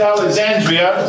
Alexandria